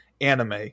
anime